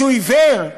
שהוא עיוור.